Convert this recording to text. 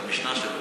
את המשנה שלו.